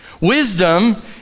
Wisdom